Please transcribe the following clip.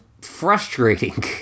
frustrating